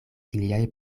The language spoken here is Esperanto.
iliaj